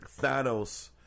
Thanos